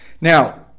Now